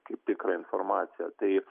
kaip tikrą informaciją tai